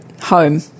home